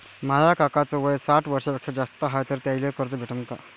माया काकाच वय साठ वर्षांपेक्षा जास्त हाय तर त्याइले कर्ज भेटन का?